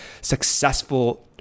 successful